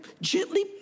gently